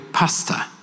pasta